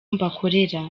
mbakorera